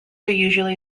usually